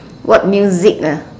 what music ah